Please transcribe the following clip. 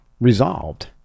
resolved